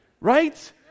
right